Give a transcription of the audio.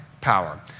power